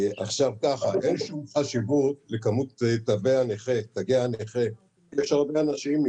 אין שום חשיבות לכמות תגי הנכה יש הרבה אנשים,